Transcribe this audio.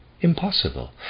Impossible